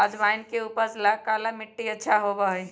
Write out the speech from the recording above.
अजवाइन के उपज ला काला मट्टी अच्छा होबा हई